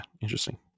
interesting